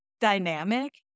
dynamic